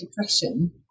Depression